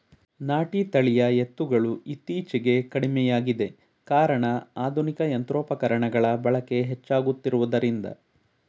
ನಾಟಿ ತಳಿಯ ಎತ್ತುಗಳು ಇತ್ತೀಚೆಗೆ ಕಡಿಮೆಯಾಗಿದೆ ಕಾರಣ ಆಧುನಿಕ ಯಂತ್ರೋಪಕರಣಗಳ ಬಳಕೆ ಹೆಚ್ಚಾಗುತ್ತಿರುವುದರಿಂದ